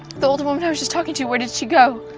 the old woman i was just talking to, where did she go?